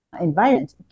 environment